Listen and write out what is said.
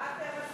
מה אתם עשיתם?